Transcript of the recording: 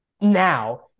now